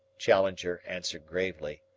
challenger answered gravely.